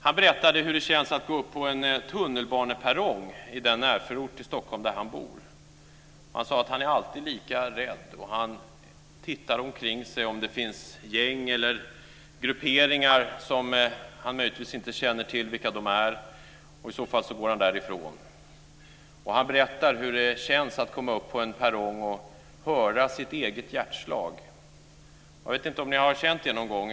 Han berättade hur det känns att gå upp på en tunnelbaneperrong i den närförort i Stockholm där han bor. Han sade att han alltid är lika rädd. Han tittar sig omkring för att se om det finns gäng eller grupperingar som han inte vet vilka de är. I så fall går han därifrån. Han berättar hur det känns att komma upp på en perrong och höra sina egna hjärtslag. Jag vet inte om ni har känt det någon gång.